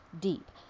deep